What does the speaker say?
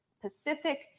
Pacific